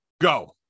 go